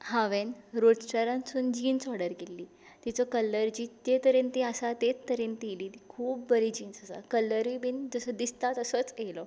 हांवें jeans order केल्ली तिचो कलर जे तरेन आसा तेच तरेन ती आयली ती खूब बरी जीन्स आसा कलरूय बी जसो दिसता तसोच आयलो